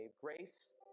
Grace